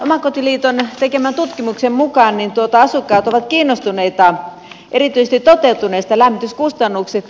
omakotiliiton tekemän tutkimuksen mukaan asukkaat ovat kiinnostuneita erityisesti toteutuneista lämmityskustannuksista